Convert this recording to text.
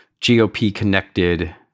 GOP-connected